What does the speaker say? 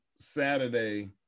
Saturday